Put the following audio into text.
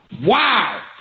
Wow